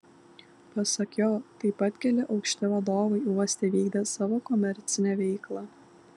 pasak jo taip pat keli aukšti vadovai uoste vykdė savo komercinę veiklą